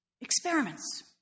experiments